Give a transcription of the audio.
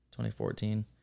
2014